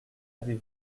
avez